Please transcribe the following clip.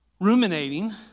ruminating